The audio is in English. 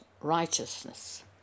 righteousness